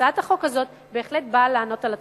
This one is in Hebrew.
והצעת החוק הזאת בהחלט באה לענות על הצורך.